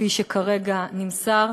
כפי שכרגע נמסר,